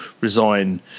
resign